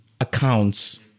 accounts